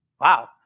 wow